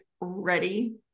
ready